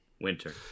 Winter